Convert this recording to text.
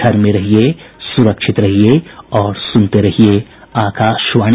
घर में रहिये सुरक्षित रहिये और सुनते रहिये आकाशवाणी